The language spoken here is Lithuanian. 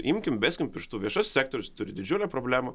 imkim beskim pirštu viešasis sektorius turi didžiulę problemą